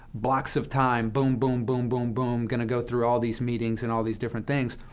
blocks of time, boom, boom, boom, boom, boom, going to go through all these meetings and all these different things.